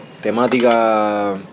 Temática